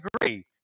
agree